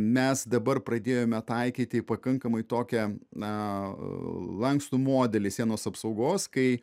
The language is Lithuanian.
mes dabar pradėjome taikyti pakankamai tokią na lankstų modelį sienos apsaugos kai